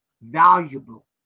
valuable